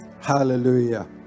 Hallelujah